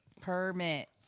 Permit